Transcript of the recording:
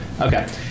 Okay